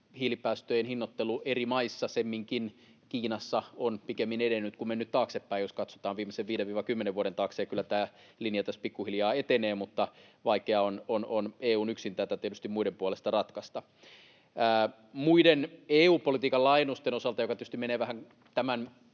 hiilipäästöjen hinnoittelu eri maissa, semminkin Kiinassa, on pikemminkin edennyt kuin mennyt taaksepäin, jos katsotaan viimeisten 5—10 vuoden taakse. Kyllä tämä linja tässä pikkuhiljaa etenee, mutta vaikea on EU:n yksin tätä tietysti muiden puolesta ratkaista. Mitä tulee EU-politiikan laajennuksiin, mikä tietysti menee vähän tämän